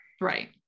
right